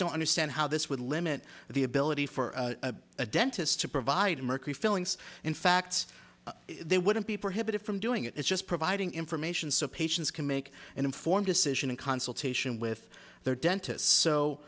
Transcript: don't understand how this would limit the ability for a dentist to provide a mercury fillings in facts they wouldn't be prohibited from doing it it's just providing information so patients can make an informed decision in consultation with their dentists so